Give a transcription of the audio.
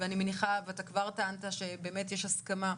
אתה כבר טענת שבאמת יש הסכמה.